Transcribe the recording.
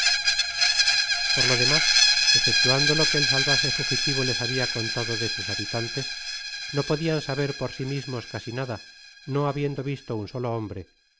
por lo demás esceptuando lo que el salvaje fugitivo les había contado de sus habitantes no podian saber por sí mismos casi nada no habiendo visto un solo hombre